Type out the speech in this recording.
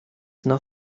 there